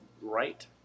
right